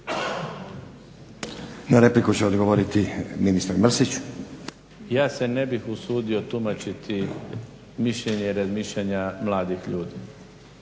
Na repliku će odgovoriti ministar Mrsić. **Mrsić, Mirando (SDP)** Ja se ne bih usudio tumačiti mišljenja i razmišljanja mladih ljudi.